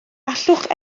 allwch